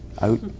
out